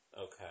Okay